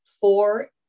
four